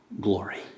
glory